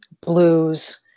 blues